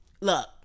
look